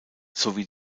sowie